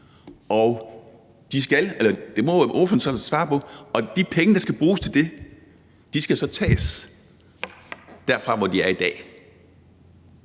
Og de penge, der skal bruges til det, skal så tages fra der, hvor de er i dag,